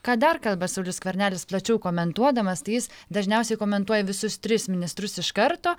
ką dar kalba saulius skvernelis plačiau komentuodamas tai jis dažniausiai komentuoja visus tris ministrus iš karto